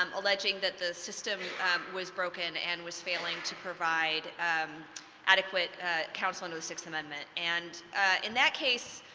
um alleging that the system was broken and was failing to provide adequate counsel under the sixth amendment. and in that case,